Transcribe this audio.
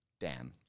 Dan